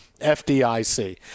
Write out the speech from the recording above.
FDIC